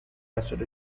acid